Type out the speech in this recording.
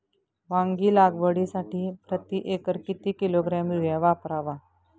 वांगी लागवडीसाठी प्रती एकर किती किलोग्रॅम युरिया वापरावा?